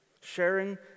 sharing